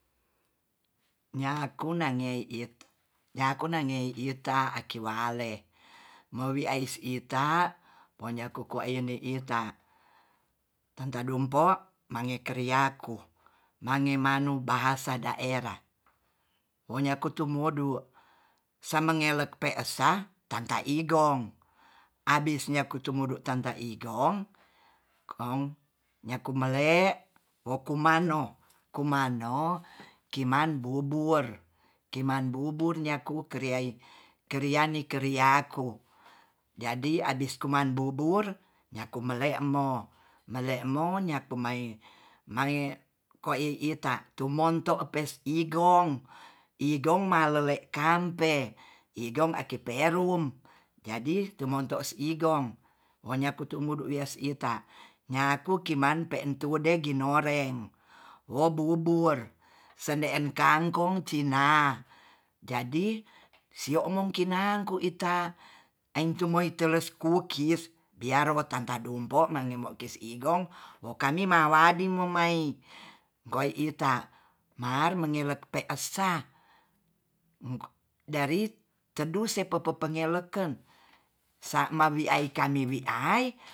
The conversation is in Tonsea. Nyaku nangei, nyaku nangei ita akiwalei mewi ais ita penyeia ku kuwa ini ita tanta dumpo mangekeryaku mange manu bahasa daerah wonyoku tumudu samangele pe esa tanta igong abisnya kutemedu tanta igong kgong nyaku mele woku mano, kumano kiman bubur, kiman bubur nyaku keriai keriani-kerianku jadi abiskuman bubur nyaku mele. mo, nyaku mele. mo nyaku mai mai koi ita tumonto pes igong, igong malele kampe igong aki perum jadi tumonto ighong monya kutumudu wies ita nyaku kiman pe'en tude ginore wobubur sendeen kangkong cina jadi sio'mong kinangku ita engtu moi teles kukis biatr tanta dumpo mangembo kis igong wi kami maladi momai bai ita mar mangelek pe asah dari tesu sepepe pengeleken sa mami kami wi ai